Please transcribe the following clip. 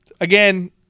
Again